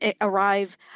arrive –